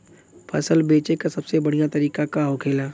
फसल बेचे का सबसे बढ़ियां तरीका का होखेला?